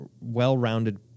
well-rounded